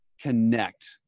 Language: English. connect